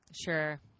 Sure